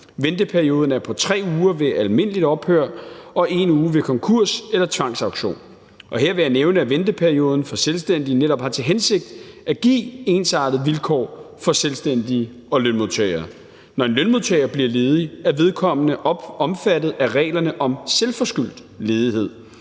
Venteperioden er på 3 uger ved almindeligt ophør og 1 uge ved konkurs eller tvangsauktion, og her vil jeg nævne, at venteperioden for selvstændige netop har til hensigt at give ensartede vilkår for selvstændige og lønmodtagere. Når en lønmodtager bliver ledig, er vedkommende omfattet af reglerne om selvforskyldt ledighed.